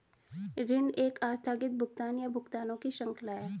ऋण एक आस्थगित भुगतान, या भुगतानों की श्रृंखला है